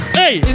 hey